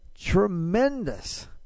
tremendous